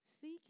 Seek